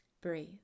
Breathe